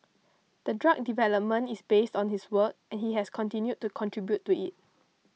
the drug development is based on his work and he has continued to contribute to it